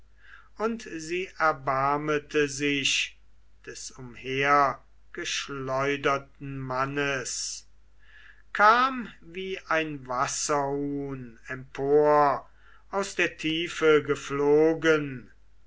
und sie erbarmete sich des umhergeschleuderten mannes kam wie ein wasserhuhn empor aus der tiefe geflogen